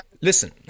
Listen